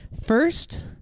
First